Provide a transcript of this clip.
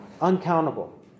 uncountable